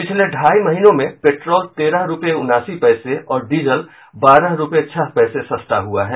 पिछले ढाई महीनों में पेट्रोल तेरह रूपये उनासी पैसे और डीजल बारह रूपये छह पैसे सस्ता हुआ है